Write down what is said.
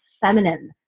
feminine